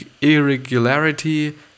irregularity